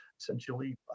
essentially